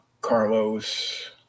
Carlos